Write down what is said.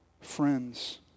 friends